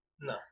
No